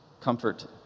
comfort